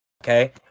Okay